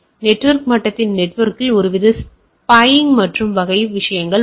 எனவே நெட்ஒர்க் மட்டத்தில் நெட்ஒர்க்கில் ஒருவித ஸ்பையிங் மற்றும் வகை விஷயங்கள்